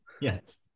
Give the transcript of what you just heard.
Yes